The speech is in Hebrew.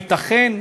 הייתכן?